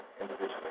individually